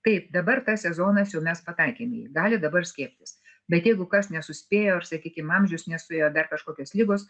taip dabar tas sezonas jau mes pataikėm į jį gali dabar skiepytis bet jeigu kas nesuspėjo ar sakykim amžius nesuėjo dar kažkokios ligos